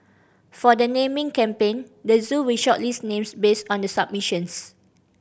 for the naming campaign the zoo will shortlist names based on the submissions